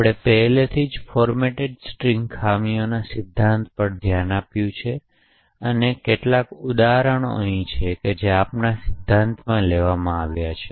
આપણે પહેલાથી format string ખામીઓના સિદ્ધાંત પર ધ્યાન આપ્યું છે અને કેટલાક ઉદાહરણો છે જે આપના સિદ્ધાંતમાં લેવામાં આવ્યા છે